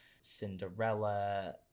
Cinderella